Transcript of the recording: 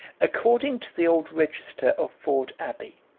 according to the old register of ford abbey,